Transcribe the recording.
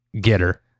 getter